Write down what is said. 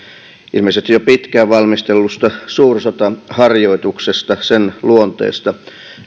ilmeisesti jo pitkään valmistellusta suursotaharjoituksesta sen luonteesta